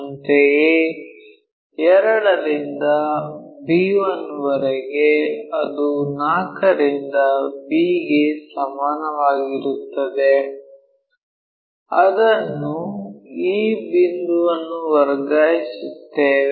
ಅಂತೆಯೇ 2 ರಿಂದ b1 ರವರೆಗೆ ಅದು 4 ರಿಂದ b ಗೆ ಸಮಾನವಾಗಿರುತ್ತದೆ ಅದನ್ನು ಈ ಬಿಂದುವನ್ನು ವರ್ಗಾಯಿಸುತ್ತೇವೆ